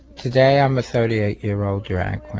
today i'm a thirty eight year old drag